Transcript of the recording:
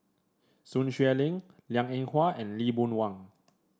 Sun Xueling Liang Eng Hwa and Lee Boon Wang